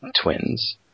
Twins